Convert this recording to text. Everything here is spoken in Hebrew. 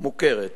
מוכרת.